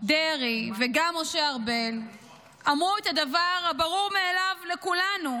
דרעי וגם משה ארבל אמרו את הדבר הברור מאליו לכולנו: